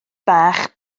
bach